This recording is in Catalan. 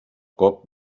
colp